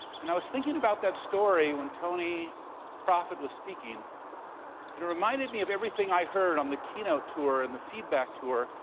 and i was thinking about that story when tony prophet was speaking. and it reminded me of everything i heard on the keynote tour and the feedback tour,